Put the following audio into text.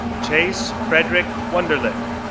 chase frederick wonderlic,